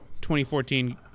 2014